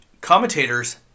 commentators